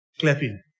clapping